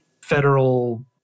federal